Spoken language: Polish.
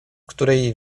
której